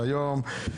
ב.